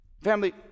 Family